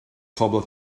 phobl